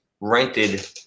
rented